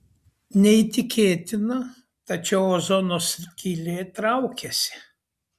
neįtikėtina tačiau ozono skylė traukiasi